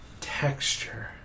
Texture